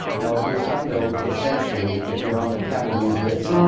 now, a glissando, essentially, if you're on the piano, means this.